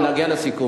החכמים שותקים.